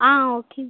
ஆ okay